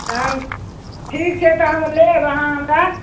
तहन ठीक छै तऽ हम लेब अहाँ हमरा